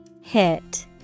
Hit